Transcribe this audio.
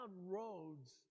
roads